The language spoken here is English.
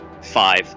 Five